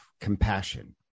compassion